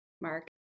Mark